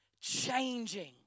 changing